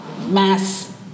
mass